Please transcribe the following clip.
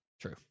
True